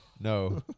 no